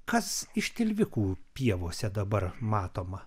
kas iš tilvikų pievose dabar matoma